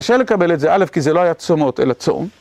קשה לקבל את זה, א', כי זה לא היה צומות אלא צום.